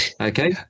okay